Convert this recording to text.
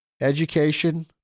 education